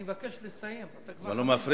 אני מבקש לסיים, אתה, כבר חמש